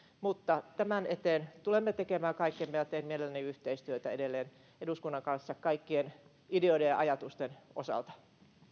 tämän eteen tulemme tekemään kaikkemme ja teen mielelläni yhteistyötä edelleen eduskunnan kanssa kaikkien ideoiden ja ajatusten osalta